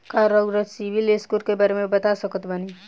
का रउआ CIBIL score के बारे में बता सकतानी?